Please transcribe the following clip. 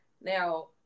Now